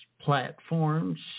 platforms